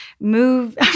Move